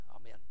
amen